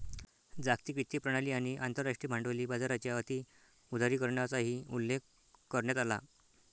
जागतिक वित्तीय प्रणाली आणि आंतरराष्ट्रीय भांडवली बाजाराच्या अति उदारीकरणाचाही उल्लेख करण्यात आला